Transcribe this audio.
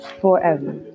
Forever